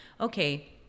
okay